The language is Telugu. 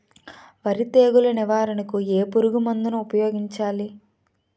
వరి తెగుల నివారణకు ఏ పురుగు మందు ను ఊపాయోగించలి?